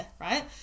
right